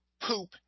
poop